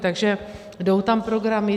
Takže jdou tam programy.